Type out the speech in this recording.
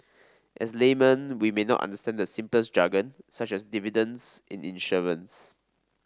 as laymen we may not understand the simplest jargon such as dividends in insurance